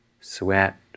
sweat